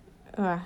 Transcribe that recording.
uh